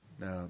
Now